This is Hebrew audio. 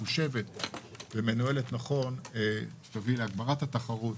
אם היא מנוהלת נכון היא תוביל להגברת התחרות